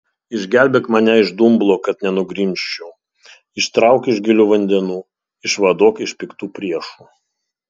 išgelbėk mane iš dumblo kad nenugrimzčiau ištrauk iš gilių vandenų išvaduok iš piktų priešų